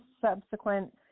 subsequent